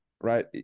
right